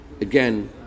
again